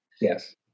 Yes